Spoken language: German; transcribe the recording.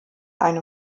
eine